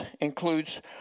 includes